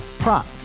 Prop